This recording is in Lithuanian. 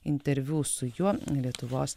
interviu su juo lietuvos